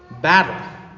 battle